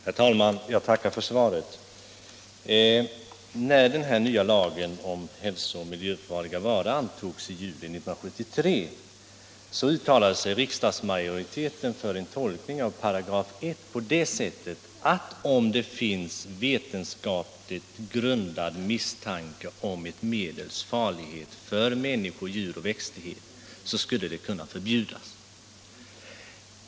Herr talman! Jag tackar för svaret. När den nya lagen om hälso och miljöfarliga varor antogs i juli 1973 uttalade sig riksdagsmajoriteten för en tolkning av 1 § på det sättet, att om det finns vetenskapligt grundad misstanke om ett medels farlighet för människor, djur och växtlighet, skulle det kunna förbjudas.